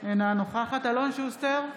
אינה נוכחת אלון שוסטר,